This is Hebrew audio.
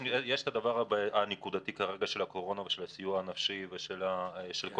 יש כרגע את הדבר הנקודתי של הקורונה ושל הסיוע הנפשי ושל כל